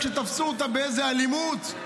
רק כשתפסו אותה באיזה אלימות,